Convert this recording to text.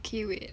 K wait